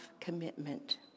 commitment